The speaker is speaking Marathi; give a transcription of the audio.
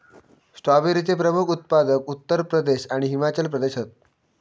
स्ट्रॉबेरीचे प्रमुख उत्पादक उत्तर प्रदेश आणि हिमाचल प्रदेश हत